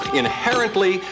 inherently